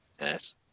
Yes